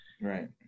Right